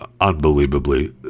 unbelievably